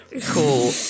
Cool